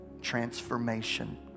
transformation